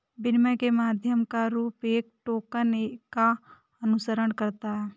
विनिमय के माध्यम का रूप एक टोकन का अनुसरण करता है